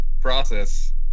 process